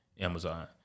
amazon